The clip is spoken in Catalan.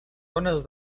ones